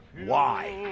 why?